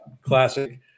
classic